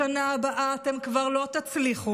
בשנה הבאה אתם כבר לא תצליחו.